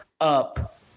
up